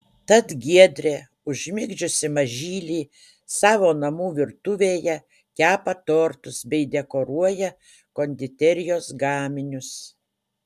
tad giedrė užmigdžiusi mažylį savo namų virtuvėje kepa tortus bei dekoruoja konditerijos gaminius